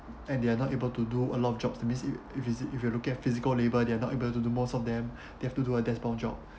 and they are not able to do a lot of jobs that means it means it if you're looking at physical labour they are not able to do most of them they have to do a desk bound job